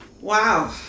wow